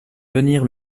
venir